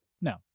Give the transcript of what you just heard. No